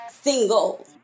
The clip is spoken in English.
single